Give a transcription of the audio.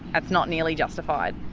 it's not nearly justified.